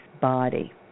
body